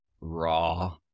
raw